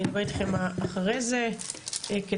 אני אקבע איתכם אחרי זה,